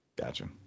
Gotcha